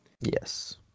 Yes